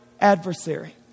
adversary